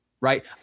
right